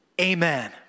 Amen